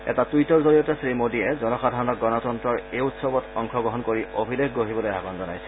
এটা টুইটৰ জৰিয়তে শ্ৰীমোদীয়ে জনসাধাৰণক গণতন্তৰৰ এই উৎসৱত অংশগ্ৰহণ কৰি অভিলেখ গঢ়িবলৈ আহবান জনাইছে